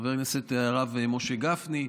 חבר הכנסת הרב משה גפני,